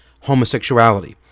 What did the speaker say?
homosexuality